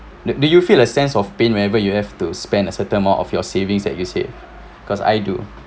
do do you feel a sense of pain wherever you have to spend a certain amount of your savings that you save cause I do